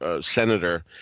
senator